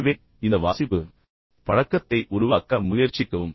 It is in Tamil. எனவே இந்த வாசிப்பு பழக்கத்தை உருவாக்க முயற்சிக்கவும்